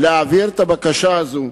להעביר את הבקשה הזאת,